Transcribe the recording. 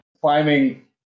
Climbing